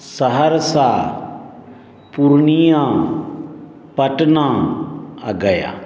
सहरसा पूर्णिया पटना आ गया